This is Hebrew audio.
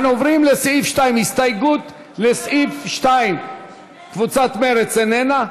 אנחנו עוברים לסעיף 2. הסתייגות לסעיף 2. קבוצת מרצ איננה?